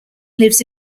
lives